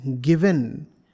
given